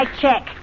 check